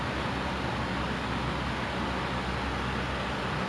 ya true I don't know eh love hate eh if H_B_L